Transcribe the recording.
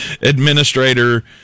Administrator